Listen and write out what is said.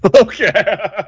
Okay